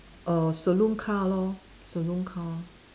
err saloon car lor saloon car